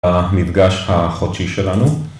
המפגש החודשי שלנו